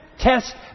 test